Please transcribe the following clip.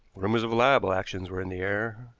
rumors of libel actions were in the air,